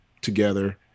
together